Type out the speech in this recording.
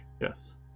yes